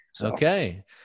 Okay